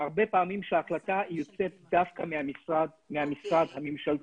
היא יוצאת דווקא מהמשרד הממשלה.